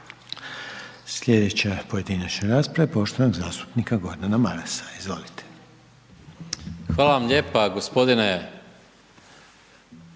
Sljedeća pojedinačna rasprava je poštovanog zastupnika Gordana Marasa. Izvolite. **Maras, Gordan